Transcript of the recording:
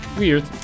weird